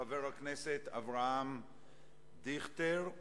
חבר הכנסת אברהם דיכטר,